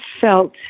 felt